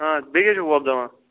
آ بیٚیہِ کیاہ چھو وۄبداوان